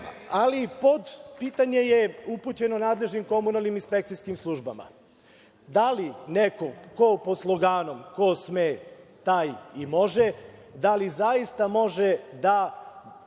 upućeno?)Pitanje je upućeno nadležnim komunalnim i inspekcijskim službama. Da li neko pod sloganom „ko sme, taj i može“, da li zaista može da